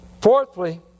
Fourthly